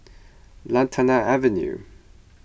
Lantana Avenue